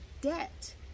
debt